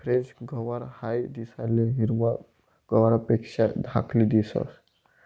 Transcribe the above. French गवार हाई दिसाले हिरवा गवारपेक्षा धाकली दिसंस